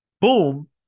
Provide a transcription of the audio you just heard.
boom